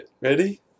Ready